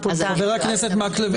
חה"כ אורי מקלב,